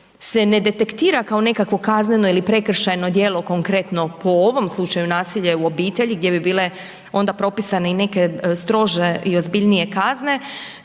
se ne detektira kao nekakvo kazneno ili prekršajno djelo konkretno po ovom slučaju nasilja u obitelji gdje bi bile onda propisane i neke strože i ozbiljnije kazne,